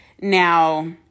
Now